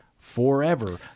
forever